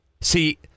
See